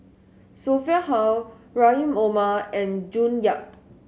Sophia Hull Rahim Omar and June Yap